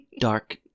dark